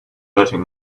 hurting